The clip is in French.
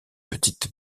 petites